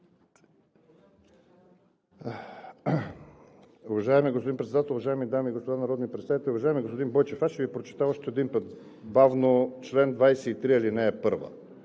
Уважаеми господин Председател, уважаеми дами и господа народни представители! Уважаеми господин Бойчев, ще Ви прочета още един път бавно чл. 23, ал. 1: „За